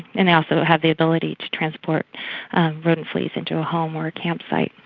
and they also have the ability to transport rodent fleas into a home or a campsite.